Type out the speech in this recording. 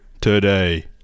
today